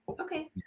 Okay